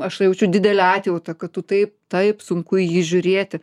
aš jaučiu didelę atjautą kad tu taip taip sunku į jį žiūrėti